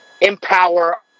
empower